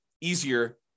easier